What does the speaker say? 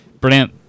Brilliant